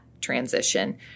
transition